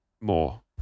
more